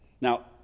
Now